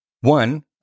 One